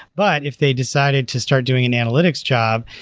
but if they decided to start doing an analytics job,